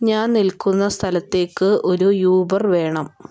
ഞാന് നില്ക്കുന്ന സ്ഥലത്തേക്ക് ഒരു യൂബര് വേണം